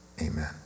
Amen